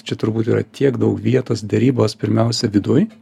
čia turbūt yra tiek daug vietos derybos pirmiausia viduj